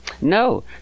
No